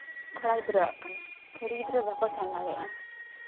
ᱠᱚᱲᱟ ᱜᱤᱫᱽᱨᱟᱹᱣᱟᱜ ᱠᱟᱱᱟ ᱠᱩᱲᱤ ᱜᱤᱫᱽᱨᱟᱹ ᱵᱟᱠᱚ ᱥᱮᱱ ᱫᱟᱲᱮᱭᱟᱜᱼᱟ